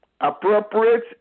appropriate